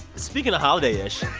speaking of holiday-ish,